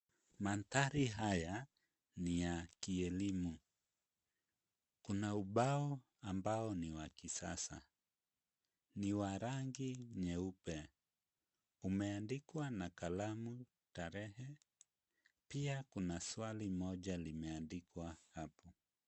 Maandhari haya ni ya kielimu. Kuna ubao ambao ni wa kisasa ni wa rangi nyeupe , umeandikwa na kalamu, tarehe pia kuna swali moja limeandikwa hapa.